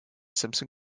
simpson